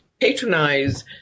Patronize